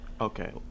Okay